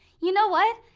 you know what.